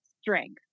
strength